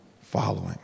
following